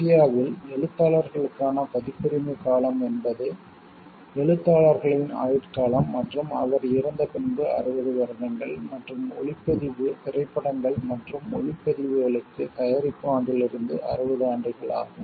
இந்தியாவில் எழுத்தாளர்களுக்கான பதிப்புரிமை காலம் என்பது எழுத்தாளர்களின் ஆயுட்காலம் மற்றும் அவர் இறந்த பின்பு 60 வருடங்கள் மற்றும் ஒளிப்பதிவு திரைப்படங்கள் மற்றும் ஒலிப்பதிவுகளுக்கு தயாரிப்பு ஆண்டிலிருந்து 60 ஆண்டுகள் ஆகும்